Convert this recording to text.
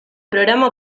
programa